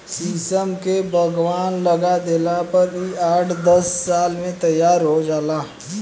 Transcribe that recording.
शीशम के बगवान लगा देला पर इ आठ दस साल में तैयार हो जाला